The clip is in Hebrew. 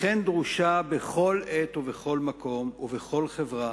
לכן דרושה בכל עת, ובכל מקום, ובכל חברה,